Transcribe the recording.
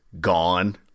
gone